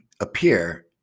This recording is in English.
appear